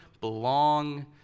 belong